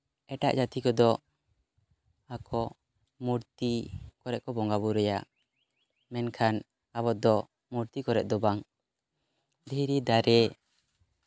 ᱮᱴᱟᱜ ᱡᱟᱹᱛᱤ ᱠᱚᱫᱚ ᱟᱠᱚ ᱢᱩᱨᱛᱤ ᱠᱚᱨᱮ ᱠᱚ ᱵᱚᱸᱜᱟᱼᱵᱳᱨᱳᱭᱟ ᱢᱮᱱᱷᱟᱱ ᱟᱵᱚ ᱫᱚ ᱢᱩᱨᱛᱤ ᱠᱚᱨᱮᱜ ᱫᱚ ᱵᱟᱝ ᱫᱷᱤᱨᱤ ᱫᱟᱨᱮ